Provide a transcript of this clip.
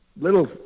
little